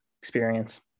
experience